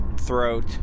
throat